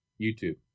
YouTube